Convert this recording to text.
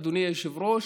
אדוני היושב-ראש,